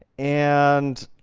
and,